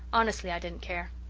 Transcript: honestly, i didn't care.